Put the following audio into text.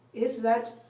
is that